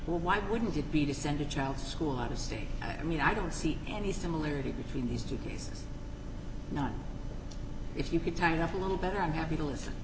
so why wouldn't it be to send a child to school out of state i mean i don't see any similarity between these two cases not if you could time have a little better i'm happy to listen